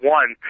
one